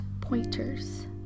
pointers